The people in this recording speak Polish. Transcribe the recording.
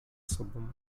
sobą